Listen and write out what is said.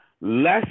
less